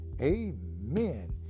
Amen